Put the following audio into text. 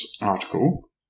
article